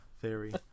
theory